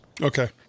Okay